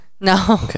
No